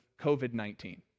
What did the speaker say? COVID-19